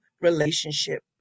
relationship